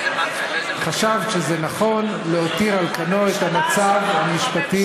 חשבת שזה נכון להותיר על כנו את המצב המשפטי,